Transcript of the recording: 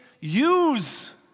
use